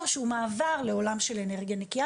שהוא מעבר לעולם של אנרגיה נקייה,